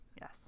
Yes